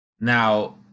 Now